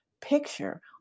picture